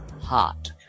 Hot